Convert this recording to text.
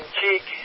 cheek